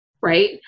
right